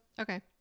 Okay